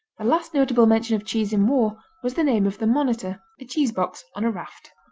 the last notable mention of cheese in war was the name of the monitor a cheese box on a raft.